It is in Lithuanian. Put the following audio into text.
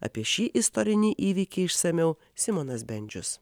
apie šį istorinį įvykį išsamiau simonas bendžius